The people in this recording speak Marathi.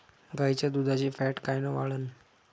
गाईच्या दुधाची फॅट कायन वाढन?